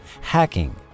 hacking